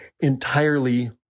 entirely